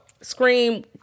Scream